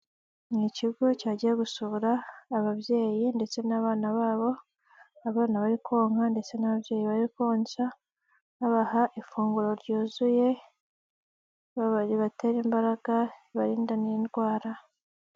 Ni ikigo cyagiye gusura ababyeyi ndetse n'abana babo, abana bari konka ndetse n'ababyeyi bari konsa babaha ifunguro ryuzuye, ribatera imbaraga ribarinda n'indwara.